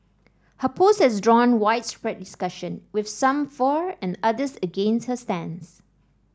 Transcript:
her post has drawn widespread discussion with some for and others against her stance